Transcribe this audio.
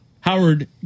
Howard